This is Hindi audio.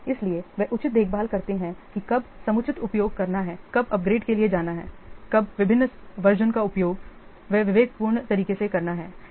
इसलिए वे उचित देखभाल करते हैं कि कब समुचित उपयोग करना है कब अपग्रेड के लिए जाना है कब विभिन्न वर्ज़न का उपयोग वे विवेकपूर्ण तरीके से करना है